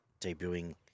debuting